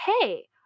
hey